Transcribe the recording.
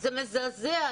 זה מזעזע.